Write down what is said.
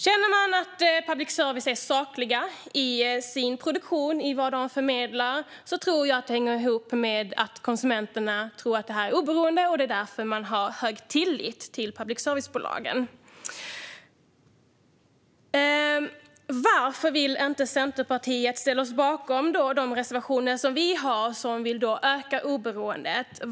Känner konsumenterna att public service är sakliga i sin produktion och i vad de förmedlar tror de på public services oberoende, och det är därför de känner hög tillit till public service-bolagen. Varför vill då inte Centerpartiet ställa sig bakom våra reservationer som vill öka oberoendet?